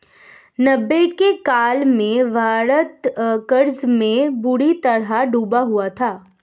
नब्बे के काल में भारत कर्ज में बुरी तरह डूबा हुआ था